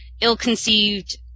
ill-conceived